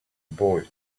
boy